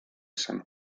san